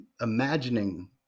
imagining